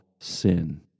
sin